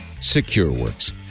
SecureWorks